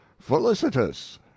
felicitous